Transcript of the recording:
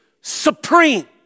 supreme